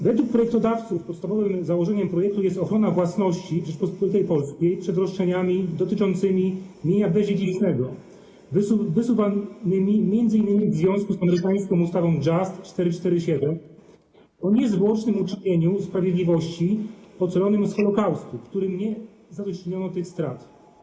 Według projektodawców podstawowym założeniem projektu jest ochrona własności w Rzeczypospolitej Polskiej przed roszczeniami dotyczącymi mienia bezdziedzicznego, wysuwanymi m.in. w związku z amerykańską ustawą JUST 447 o niezwłocznym uczynieniu sprawiedliwości ocalonym z Holokaustu, którym nie zadośćuczyniono tych strat.